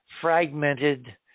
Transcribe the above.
fragmented